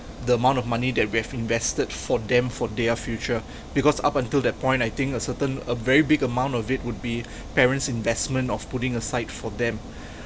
the amount of money that we have invested for them for their future because up until that point I think a certain a very big amount of it would be parent's investment of putting aside for them